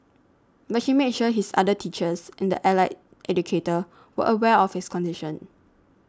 but she made sure his other teachers and the allied educator were aware of his condition